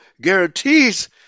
guarantees